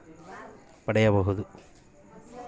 ವಿಮೆ ಮಾಡಿಸಿದ ಬಳಿಕ ನಾನು ಲೋನ್ ಪಡೆಯಬಹುದಾ?